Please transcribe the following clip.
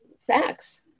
facts